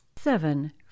Seven